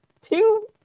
Two